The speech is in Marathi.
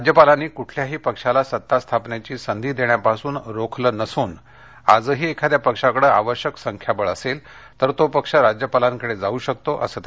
राज्यपालांनी कुठल्याही पक्षाला सत्ता स्थापनेघी संधी देण्यापासून रोखलं नसून आजही एखाद्या पक्षाकडे आवश्यक संख्याबळ असेल तर तो पक्ष राज्यपालांकडे जाऊ शकतो असं ते म्हणाले